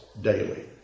daily